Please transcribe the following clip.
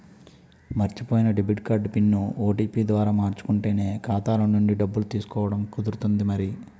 మర్చిపోయిన debit card PIN, OTP ద్వారా మార్చుకుంటేనే ఖాతాలో నుండి డబ్బులు తీసుకోవడం కుదురుతుంది మరి